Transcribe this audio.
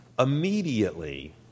Immediately